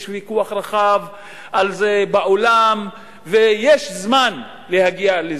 יש ויכוח רחב בעולם ויש זמן להגיע לזה.